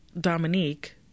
Dominique